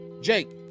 Jake